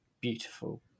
Beautiful